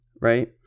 right